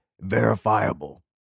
verifiable